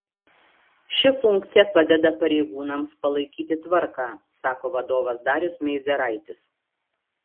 ši funkcija padeda pareigūnams palaikyti tvarką sako vadovas darius meizeraitis